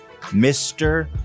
Mr